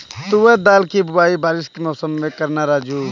तुवर दाल की बुआई बारिश के मौसम में करना राजू